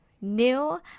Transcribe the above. new